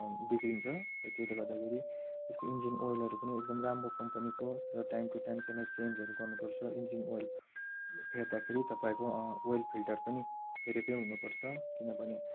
बिग्रिन्छ र त्यसले गर्दाखेरि इन्जिन ओइलहरू पनि एकदमै राम्रो कम्पनीको र टाइम टु टाइम त्यसलाई चेन्जहरू गर्नुपर्छ इन्जिन ओइल फेर्दाखेरि तपाईँको ओइल फिल्टर पनि फेरेकै हुनुपर्छ किनभने